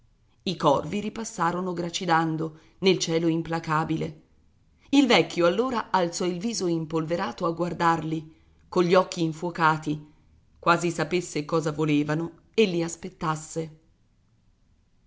i corvi ripassarono gracidando nel cielo implacabile il vecchio allora alzò il viso impolverato a guardarli con gli occhi infuocati quasi sapesse cosa volevano e li aspettasse